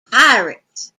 pirates